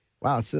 Wow